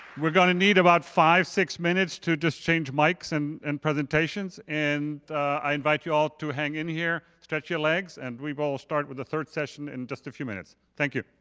we're gonna need about five, six minutes to just change mics and and presentations. and i invite you all to hang in here, stretch your legs and we but will start with the third session in just a few minutes. thank you.